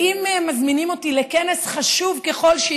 ואם מזמינים אותי לכנס בחוץ-לארץ,